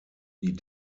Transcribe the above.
die